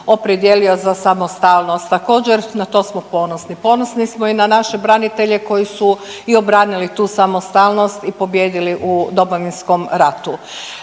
opredijelio za samostalnost. Također, na to smo ponosni. Ponosni smo i na naše branitelje koji su i obranili tu samostalnost i pobijedili u Domovinskom ratu.